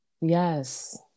Yes